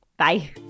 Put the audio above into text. Bye